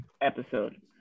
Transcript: episode